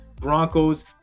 Broncos